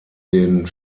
den